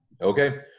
Okay